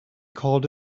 called